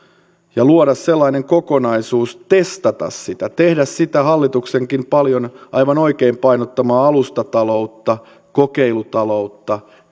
ja luoda sellainen kokonaisuus testata sitä tehdä sitä hallituksenkin paljon aivan oikein painottamaa alustataloutta kokeilutaloutta